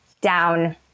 down